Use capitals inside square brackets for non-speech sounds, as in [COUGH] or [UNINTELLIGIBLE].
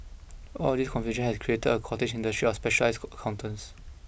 all of this confusion has created a cottage industry of specialised [UNINTELLIGIBLE] accountants